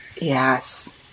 Yes